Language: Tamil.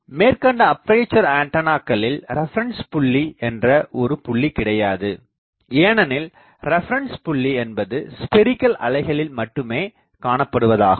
நாம் மேற்கண்ட அப்பேசர் ஆண்டனாக்களில் ரெபரன்ஸ் புள்ளி என்ற ஒரு புள்ளி கிடையாது ஏனெனில் ரெபரன்ஸ் புள்ளி என்பது ஸ்பெரிகள் அலைகளில் மட்டுமே காணப்படுவதாகும்